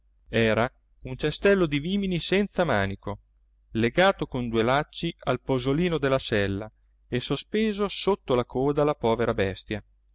era un cestello di vimini senza manico legato con due lacci al posolino della sella e sospeso sotto la coda alla povera bestia